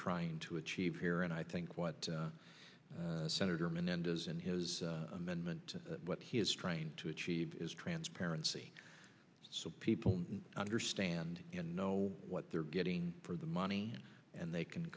trying to achieve here and i think what senator menendez and his amendment what he is trying to achieve is transparency so people understand you know what they're getting for the money and they can